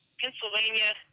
Pennsylvania